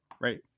right